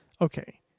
Okay